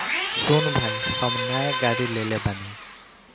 सुन भाई हम नाय गाड़ी लेले बानी